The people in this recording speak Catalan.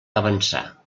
avançar